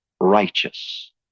righteous